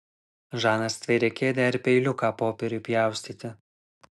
žana stvėrė kėdę ir peiliuką popieriui pjaustyti